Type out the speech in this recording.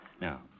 Now